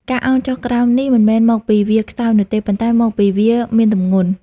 ការឱនចុះក្រោមនេះ មិនមែនមកពីវាខ្សោយនោះទេ ប៉ុន្តែមកពីវាមានទម្ងន់។